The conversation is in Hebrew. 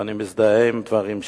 ואני מזדהה עם דבריו.